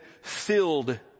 filled